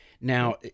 Now